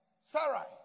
Sarah